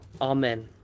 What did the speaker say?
Amen